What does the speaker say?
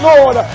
Lord